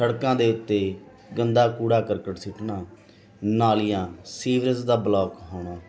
ਸੜਕਾਂ ਦੇ ਉੱਤੇ ਗੰਦਾ ਕੂੜਾ ਕਰਕਟ ਸੁੱਟਣਾ ਨਾਲੀਆਂ ਸੀਵਰੇਜ ਦਾ ਬਲੋਕ ਹੋਣਾ